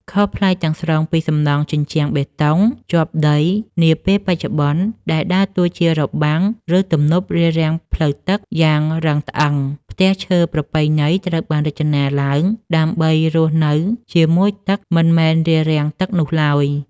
ខុសប្លែកទាំងស្រុងពីសំណង់ជញ្ជាំងបេតុងជាប់ដីនាពេលបច្ចុប្បន្ន ដែលដើរតួជា របាំង ឬទំនប់ រារាំងផ្លូវទឹកយ៉ាងរឹងត្អឹង ផ្ទះឈើប្រពៃណីត្រូវបានរចនាឡើងដើម្បីរស់នៅជាមួយទឹកមិនមែនរារាំងទឹកនោះឡើយ។